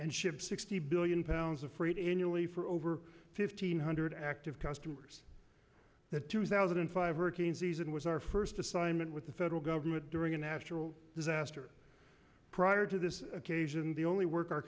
and ship sixty billion pounds of freight annually for over fifteen hundred active customers the two thousand and five hurricane season was our first assignment with the federal government during a natural disaster prior to this occasion the only work our